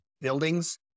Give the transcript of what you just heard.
buildings